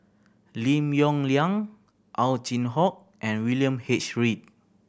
Lim Yong Liang Ow Chin Hock and William H Read